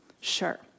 Sure